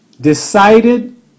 decided